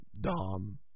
Dom